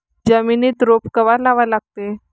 जमिनीत रोप कवा लागा लागते?